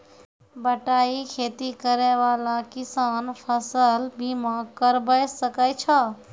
बटाई खेती करै वाला किसान फ़सल बीमा करबै सकै छौ?